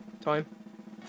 time